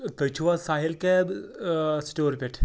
تُہۍ چھِو حظ ساحِل کیب سٹور پٮ۪ٹھ